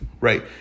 right